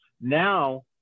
Now